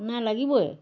নাই লাগিবই